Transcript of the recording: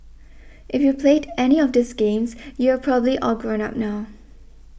if you played any of these games you are probably all grown up now